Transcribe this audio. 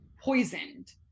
poisoned